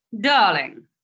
Darling